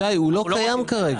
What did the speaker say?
ישי, הוא לא קיים כרגע.